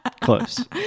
Close